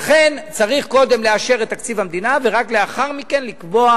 לכן צריך קודם לאשר את תקציב המדינה ורק לאחר מכן לקבוע